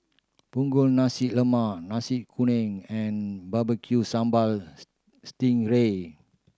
Punggol Nasi Lemak Nasi Kuning and Barbecue Sambal sting ray